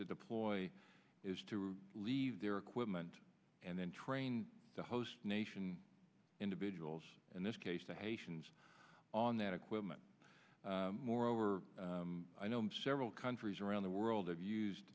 to deploy is to leave their equipment and then train the host nation individuals in this case to haitians on that equipment moreover i know several countries around the world of used